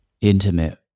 intimate